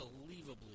unbelievably